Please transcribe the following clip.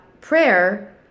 prayer